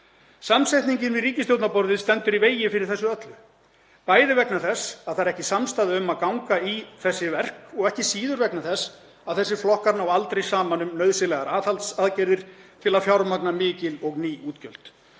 Samsetningin við ríkisstjórnarborðið stendur í vegi fyrir þessu öllu, bæði vegna þess að það er ekki samstaða um að ganga í þessi verk og ekki síður vegna þess að þessir flokkar ná aldrei saman um nauðsynlegar aðhaldsaðgerðir til að fjármagna mikil og ný útgjöld,